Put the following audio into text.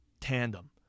tandem